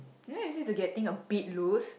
you know usually is to get things a bit loose